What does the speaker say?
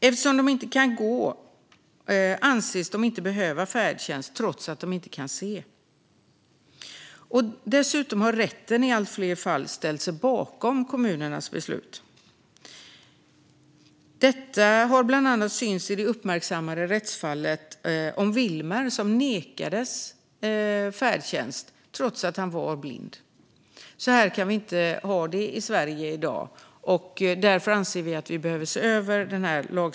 Eftersom de kan gå anses de inte behöva färdtjänst trots att de inte kan se. Det tycker vi är orimligt. Dessutom har rätten i allt fler fall ställt sig bakom kommunernas beslut. Så var det exempelvis i det uppmärksammade rättsfallet om Vilmer som nekades färdtjänst trots att han är blind. Så här kan vi inte ha det i Sverige i dag, och därför behöver lagstiftningen ses över.